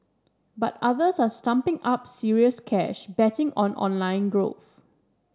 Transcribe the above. but others are stumping up serious cash betting on online growth